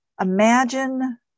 imagine